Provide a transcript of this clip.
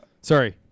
Sorry